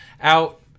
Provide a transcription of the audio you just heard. out